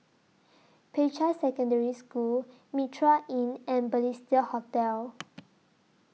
Peicai Secondary School Mitraa Inn and Balestier Hotel